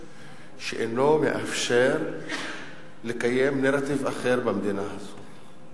שאינו מאפשר לקיים נרטיב אחר במדינה הזאת?